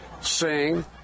sing